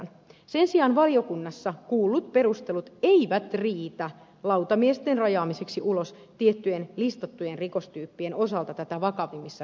sen sijaan valiokunnassa kuullut perustelut eivät riitä lautamiesten rajaamiseksi ulos tiettyjen listattujen rikostyyppien osalta tätä vakavammissa rikoksissa